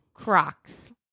Crocs